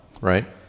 right